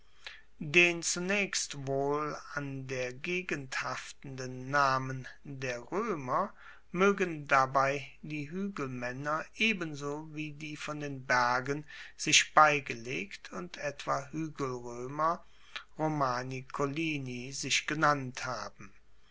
den zunaechst wohl an der gegend haftenden namen der roemer moegen dabei die huegelmaenner ebenso wie die von den bergen sich beigelegt und etwa huegelroemer romani collini sich genannt haben